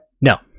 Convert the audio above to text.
No